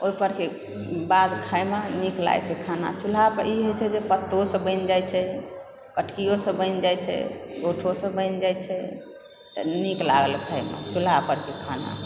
ओहि परके बाद खाएमे नीक लागैत छै खाना चूल्हा पर ई होइत छै जे पत्तो से बनि जाय छै कटकियोसँ बनि जाय छै गोयठोसँ बनि जाइत छै तऽ नीक लागल खामे चूल्हा परके खाना